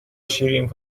شیرین